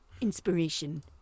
inspiration